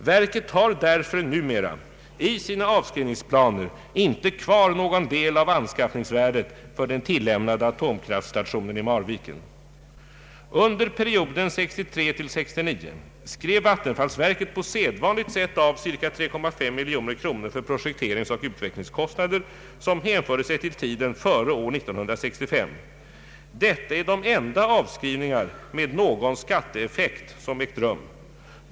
Verket har därför numera i sina av skrivningsplaner inte kvar någon del av anskaffningsvärdet för den tillämnade atomkraftstationen i Marviken. Under perioden 1963—1969 skrev vattenfallsverket på sedvanligt sätt av ca 3,5 miljoner kronor för projekteringsoch utvecklingskostnader som hänförde sig till tiden före år 1965. Detta är de enda avskrivningar med någon skatteeffekt som ägt rum.